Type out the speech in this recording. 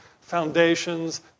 foundations